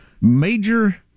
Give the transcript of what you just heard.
major